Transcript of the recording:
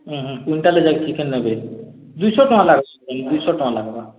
ହୁଁ ହୁଁ କ୍ୱିଣ୍ଟାଲ୍ ଯାଇ ଟିକେନ୍ ନେବେ ଦୁଇଶହ ଟଙ୍କା ଲାଗ୍ବା ଦୁଇଶହ ଟଙ୍କା ଲାଗ୍ବା